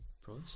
Price